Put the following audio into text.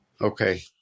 Okay